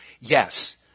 Yes